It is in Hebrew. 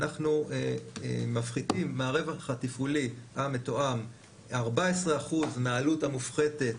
אנחנו מפחיתים מהרווח התפעולי המתואם 14% מהעלות המופחתת